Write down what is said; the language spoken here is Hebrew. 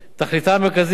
תכליתה המרכזית